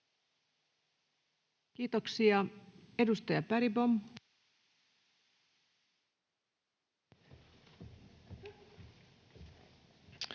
Kiitoksia. — Edustaja Bergbom.